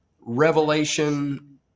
revelation